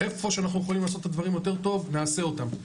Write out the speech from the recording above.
איפה שאנחנו יכולים לעשות את הדברים יותר טוב נעשה אותם.